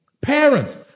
Parents